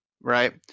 Right